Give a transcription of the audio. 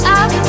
up